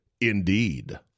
Indeed